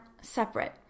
separate